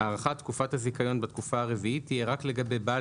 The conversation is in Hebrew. הארכת תקופת הזיכיון בתקופה הרביעית תהיה רק לגבי בעל